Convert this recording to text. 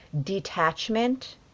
Detachment